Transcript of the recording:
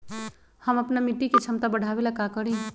हम अपना मिट्टी के झमता बढ़ाबे ला का करी?